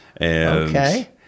Okay